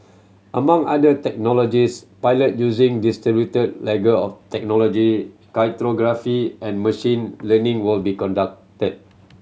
among other technologies pilot using distributed ledger of technology cryptography and machine learning will be conducted